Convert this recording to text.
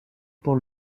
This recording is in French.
pour